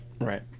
Right